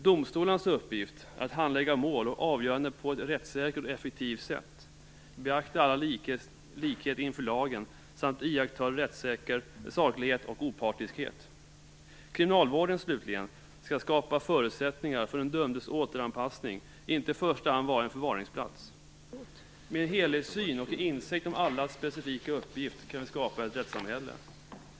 Domstolarnas uppgift är att handlägga mål och avgöranden på ett rättssäkert och effektivt sätt, beakta allas likhet inför lagen samt iaktta en rättssäker saklighet och opartiskhet. Kriminalvården, slutligen, skall skapa förutsättningar för den dömdes återanpassning, inte i första hand vara en förvaringsplats. Med en helhetssyn och en insikt om allas specifika uppgift kan vi skapa ett rättssamhälle.